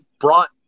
brought